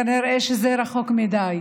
כנראה שזה רחוק מדי,